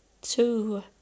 two